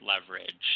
leverage